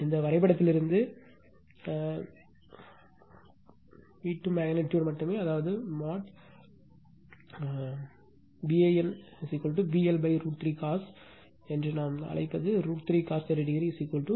இந்த வரைபடத்திலிருந்து u 2 magnitude மட்டுமே அதாவது மோட் Van VL √ 3 காஸ் என்று நாம் அழைப்பது √ காஸ் 30 32